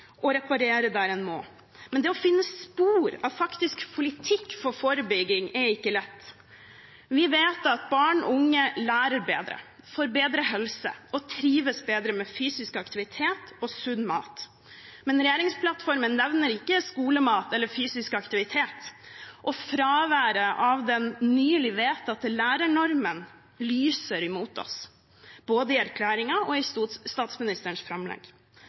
og reparere der en må.» Men det å finne spor av faktisk politikk for forebygging er ikke lett. Vi vet at barn og unge lærer bedre, får bedre helse og trives bedre med fysisk aktivitet og sunn mat. Men regjeringsplattformen nevner ikke skolemat eller fysisk aktivitet, og fraværet av den nylig vedtatte lærernormen lyser mot oss både i erklæringen og i statsministerens framlegg.